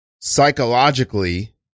psychologically